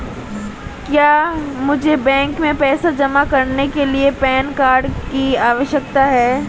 क्या मुझे बैंक में पैसा जमा करने के लिए पैन कार्ड की आवश्यकता है?